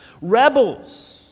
rebels